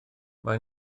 mae